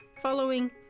following